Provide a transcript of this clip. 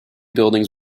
buildings